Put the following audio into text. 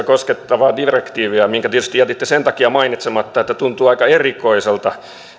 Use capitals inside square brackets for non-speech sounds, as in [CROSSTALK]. [UNINTELLIGIBLE] koskettavaa direktiiviä minkä tietysti jätitte sen takia mainitsematta että tuntuu aika erikoiselta